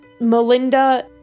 Melinda